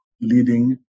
leading